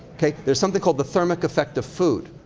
there's something called the thermic effect of food.